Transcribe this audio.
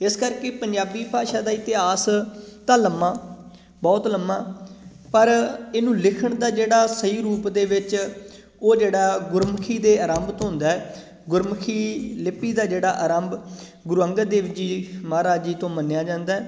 ਇਸ ਕਰਕੇ ਪੰਜਾਬੀ ਭਾਸ਼ਾ ਦਾ ਇਤਿਹਾਸ ਤਾਂ ਲੰਮਾ ਬਹੁਤ ਲੰਮਾ ਪਰ ਇਹਨੂੰ ਲਿਖਣ ਦਾ ਜਿਹੜਾ ਸਹੀ ਰੂਪ ਦੇ ਵਿੱਚ ਉਹ ਜਿਹੜਾ ਗੁਰਮੁਖੀ ਦੇ ਆਰੰਭ ਤੋਂ ਹੁੰਦਾ ਗੁਰਮੁਖੀ ਲਿਪੀ ਦਾ ਜਿਹੜਾ ਆਰੰਭ ਗੁਰੂ ਅੰਗਦ ਦੇਵ ਜੀ ਮਹਾਰਾਜ ਜੀ ਤੋਂ ਮੰਨਿਆ ਜਾਂਦਾ